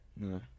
No